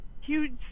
huge